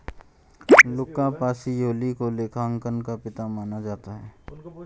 लुका Pacioli को लेखांकन का पिता माना जाता है